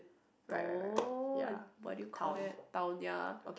to~ what do you called it town ya